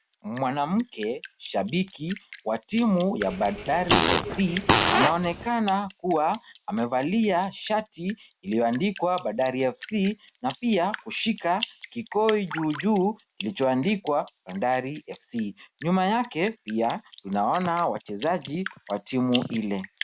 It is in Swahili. Mwanamke shabiki wa timu ya Bandari FC anaonekana kuwa amevalia shati iliyoandikwa Bandari FC na pia kushika kikoi juu juu kilichoandikwa Bandari FC. Nyuma yake pia tunaona wachezaji wa timu ile.